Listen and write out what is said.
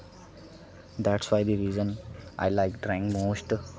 thats by the reason I like drawing most